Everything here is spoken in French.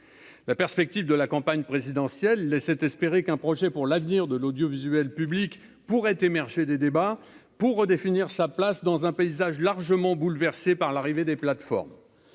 la perspective de la campagne présidentielle laissait espérer qu'un projet pour l'avenir de l'audiovisuel public pourrait émerger des débats pour redéfinir sa place dans un paysage largement bouleversé par l'arrivée des plateformes